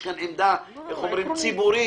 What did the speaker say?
יש כאן עמדה ציבורית,